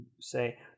say